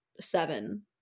seven